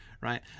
right